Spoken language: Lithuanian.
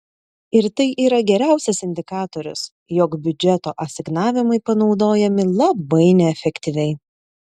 ir tai yra geriausias indikatorius jog biudžeto asignavimai panaudojami labai neefektyviai